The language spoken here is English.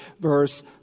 verse